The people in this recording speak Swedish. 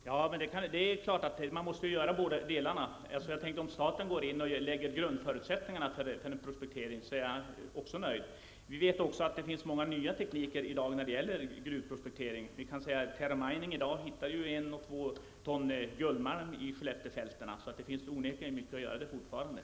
Herr talman! Det är klart att man måste göra båda delarna. Om staten går in och skapar grundförutsättningarna för en prospektering är jag också nöjd. Vi vet också att det i dag finns många nya tekniker när det gäller gruvprospektering. Terra Mining hittar ju i dag 1--2 ton guldmahn i Skelleftefälten; det finns onekligen fortfarande mycket att göra där.